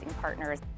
partners